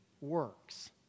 works